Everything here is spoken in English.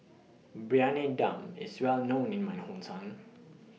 Briyani Dum IS Well known in My Hometown